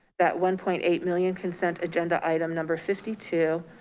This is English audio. that one point eight million consent agenda item number fifty two.